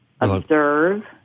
observe